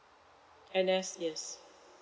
N_S yes